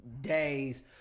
days